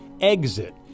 exit